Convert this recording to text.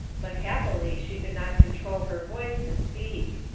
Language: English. but happily she could not control her voice to speak.